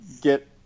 get